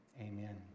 Amen